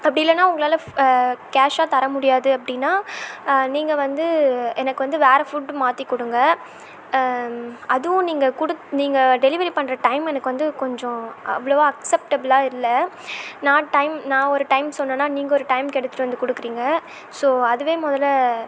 அப்படி இல்லைன்னா உங்களால் ஃப் கேஷாக தர முடியாது அப்படின்னா நீங்கள் வந்து எனக்கு வந்து வேறு ஃபுட்டு மாற்றிக் கொடுங்க அதுவும் நீங்கள் குடுத் நீங்கள் டெலிவரி பண்ணுற டைம் எனக்கு வந்து கொஞ்சம் அவ்வளோவா அக்சப்ட்டபிளாக இல்லை நான் டைம் நான் ஒரு டைம் சொன்னேன்னால் நீங்கள் ஒரு டைமுக்கு எடுத்துகிட்டு வந்து கொடுக்கறீங்க ஸோ அதுவே முதல்ல